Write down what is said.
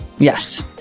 Yes